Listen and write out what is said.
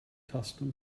custom